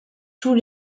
tous